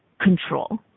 control